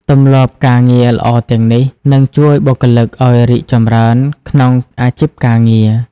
ទម្លាប់ការងារល្អទាំងនេះ នឹងជួយបុគ្គលិកឲ្យរីកចម្រើនក្នុងអាជីពការងារ។